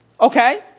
okay